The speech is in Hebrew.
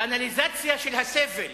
בנאליזציה של הסבל.